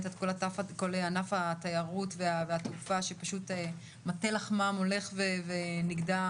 כל ענף התיירות והתעופה שפשוט מטה לחמם הולך ונגדע